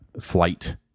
Flight